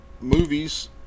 movies